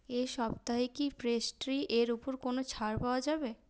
এই সপ্তাহে কি পেস্ট্রি এর ওপর কোনো ছাড় পাওয়া যাবে